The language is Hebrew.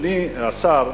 אדוני השר,